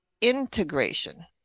integration